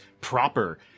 proper